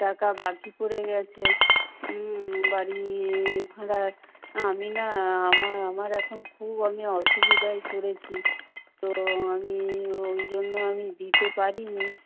টাকা বাকি পড়ে গেছে বাড়ি ভাড়ার আমি না আমার আমার এখন খুব আমি অসুবিধায় পড়েছি তো আমি ওই জন্য আমি দিতে পারিনি